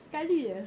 sekali jer